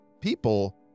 people